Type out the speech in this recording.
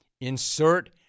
Insert